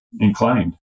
inclined